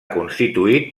constituït